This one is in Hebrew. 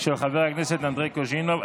של חבר הכנסת אנדרי קוז'ינוב.